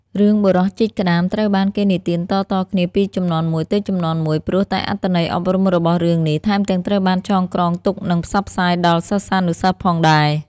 រឿងបុរសជីកក្តាមត្រូវបានគេនិទានតៗគ្នាពីជំនាន់មួយទៅជំនាន់មួយ ព្រោះតែអត្ថន័យអប់រំរបស់រឿងនេះ ថែមទាំងត្រូវបានចងក្រងទុកនិងផ្សព្វផ្សាយដល់សិស្សានុសិស្សផងដែរ។